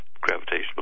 gravitational